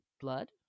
blood